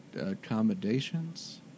accommodations